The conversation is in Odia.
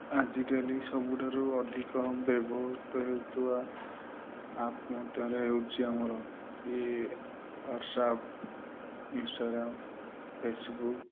ଆଜିକାଲି ସବୁଠାରୁ ଅଧିକ ବ୍ୟବହୃତ ହେଉଥିବା ଆପ୍ ମଧ୍ୟରେ ହେଉଛି ଆମର ଏ ୱାଟସଅପ୍ ଇନଷ୍ଟାଗ୍ରାମ୍ ଫେସ୍ବୁକ୍